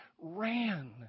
ran